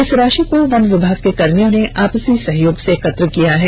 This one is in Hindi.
इस राषि को वन विभाग के कर्मियों ने आपसी सहयोग से एकत्र किया है